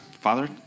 Father